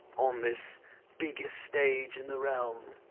on this biggest stage in the realm?